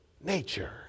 nature